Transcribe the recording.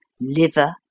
liver